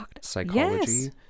psychology